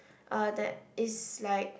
uh there is like